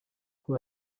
who